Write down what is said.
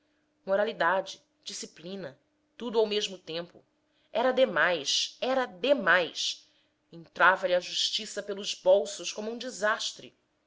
moralidade disciplina tudo ao mesmo tempo era demais era demais entrava-lhe a justiça pelos bolsos como um desastre